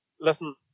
Listen